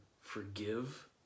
forgive